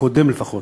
הקודם לפחות,